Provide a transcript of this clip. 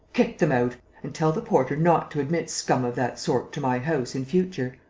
kick them out! and tell the porter not to admit scum of that sort to my house in future.